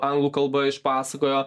anglų kalba išpasakojo